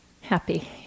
happy